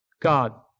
God